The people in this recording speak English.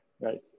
Right